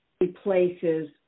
replaces